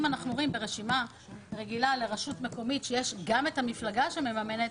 אם אנחנו רואים ברשימה רגילה לרשות מקומית שיש גם את המפלגה שמממנת,